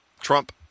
Trump